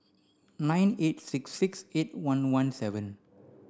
nine eight six six eight one one seven